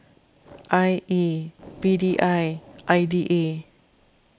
I E P D I I D A